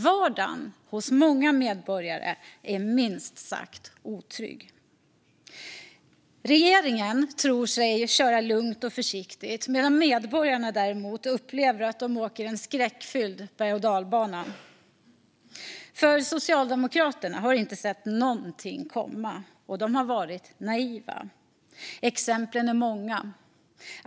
Vardagen för många medborgare är minst sagt otrygg. Regeringen tror sig köra lugnt och försiktigt medan medborgarna däremot upplever att de åker i en skräckfylld bergochdalbana. För Socialdemokraterna har inte sett någonting komma, och de har varit naiva. Exemplen är många.